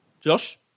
Josh